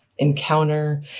encounter